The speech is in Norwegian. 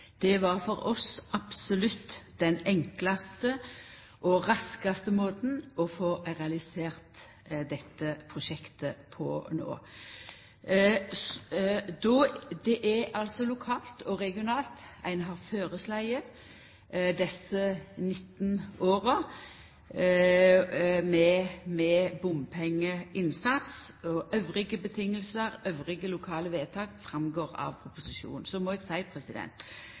Det var for oss absolutt den enklaste og raskaste måten å få realisert dette prosjektet på no. Det er lokalt og regionalt ein har føreslått desse 19 åra med bompengeinnsats, og andre vilkår, andre lokale vedtak går fram av proposisjonen. Så må eg